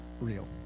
real